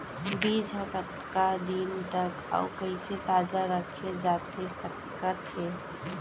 बीज ह कतका दिन तक अऊ कइसे ताजा रखे जाथे सकत हे?